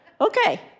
Okay